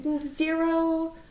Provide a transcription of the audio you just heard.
zero